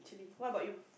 what about you